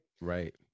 right